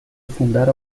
afundar